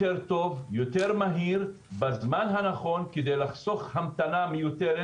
מה שהולך בין האיגוד למועצה לבין חטיבת הרפואה במשרד